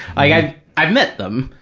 i've i've met them.